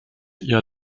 ihr